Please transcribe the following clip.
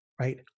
right